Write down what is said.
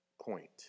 point